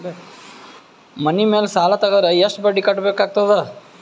ಮನಿ ಮೇಲ್ ಸಾಲ ತೆಗೆದರ ಎಷ್ಟ ಬಡ್ಡಿ ಕಟ್ಟಬೇಕಾಗತದ?